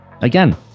Again